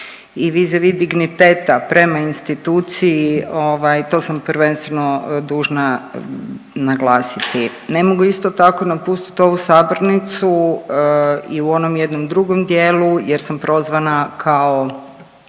i vizavi dignitet prema instituciji ovaj to sam prvenstveno dužna naglasiti. Ne mogu isto tako napustiti ovu sabornicu i u onom jednom drugom dijelu jer sam prozvana kao